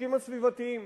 החוקים הסביבתיים.